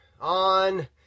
on